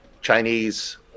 chinese